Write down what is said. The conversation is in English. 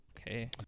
Okay